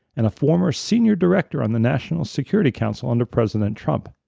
and a former senior director on the national security council under president trump.